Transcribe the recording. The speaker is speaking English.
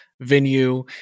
venue